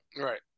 Right